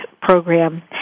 program